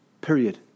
Period